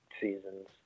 seasons